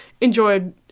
enjoyed